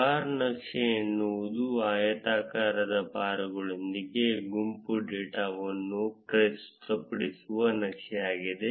bar ನಕ್ಷೆ ಎನ್ನುವುದು ಆಯತಾಕಾರದ ಬಾರ್ಗಳೊಂದಿಗೆ ಗುಂಪು ಡೇಟಾವನ್ನು ಪ್ರಸ್ತುತಪಡಿಸುವ ನಕ್ಷೆ ಆಗಿದೆ